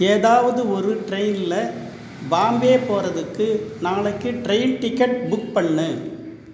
ஏதாவது ஒரு டிரெயினில் பாம்பே போவதுக்கு நாளைக்கு டிரெயின் டிக்கெட் புக் பண்ணு